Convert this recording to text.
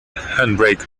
handbrake